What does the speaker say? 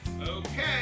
okay